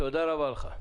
תודה רבה לך.